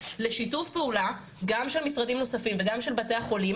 לשיתוף פעולה גם של משרדים נוספים וגם של בתי החולים.